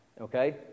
Okay